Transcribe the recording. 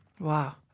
Wow